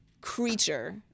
creature